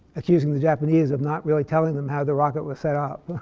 accusing the japanese of not really telling them how the rocket was set up.